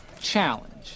Challenge